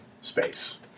space